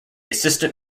assistant